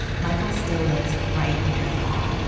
michael still lives right near the mall.